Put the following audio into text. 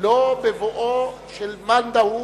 לא בבואו של מאן דהוא,